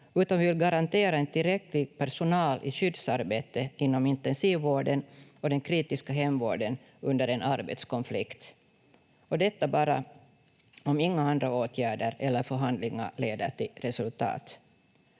utan vi vill garantera en tillräcklig personal i skyddsarbetet inom intensivvården och den kritiska hemvården under en arbetskonflikt — och detta bara om inga andra åtgärder eller förhandlingar leder till resultat.